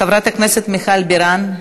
חברת הכנסת מיכל בירן,